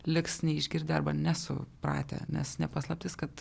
liks neišgirdę arba nesupratę nes ne paslaptis kad